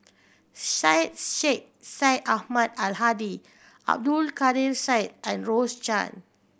Syed Sheikh Syed Ahmad Al Hadi Abdul Kadir Syed and Rose Chan